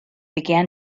began